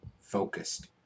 focused